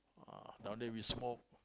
ah down there we smoke